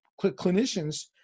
clinicians